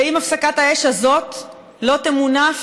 ואם הפסקת האש הזאת לא תמונף,